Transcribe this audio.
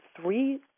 three